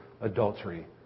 adultery